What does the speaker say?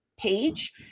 page